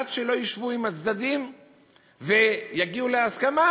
עד שלא ישבו עם הצדדים ויגיעו להסכמה,